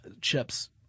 chip's